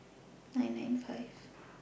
nine nine five